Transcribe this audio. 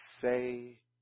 say